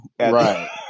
right